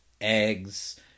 eggs